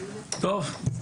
טוב,